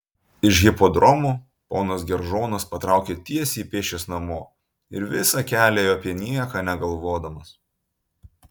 iš hipodromo ponas geržonas patraukė tiesiai pėsčias namo ir visą kelią ėjo apie nieką negalvodamas